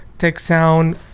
TechSound